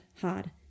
hard